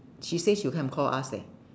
she say she'll come and call us leh